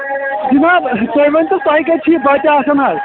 جِناب تۄہہِ وٕنۍ تو تۄہہِ کَتۍ چھُ یہِ بَچہٕ آسَان حَظ